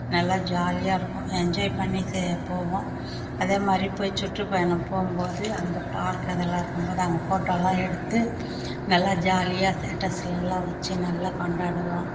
நல்லா ஜாலியாக இருக்கும் என்ஜாய் பண்ணி போவோம் அதே மாதிரி போய் சுற்றுப்பயணம் போகும்போது அங்கே பார்க் அதெல்லாம் இருக்கும்போது அங்கே ஃபோட்டோல்யெலாம் எடுத்து நல்லா ஜாலியாக ஸ்டேட்டஸ்லெல்லாம் வச்சு நல்லா கொண்டாடுவோம்